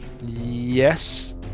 Yes